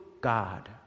god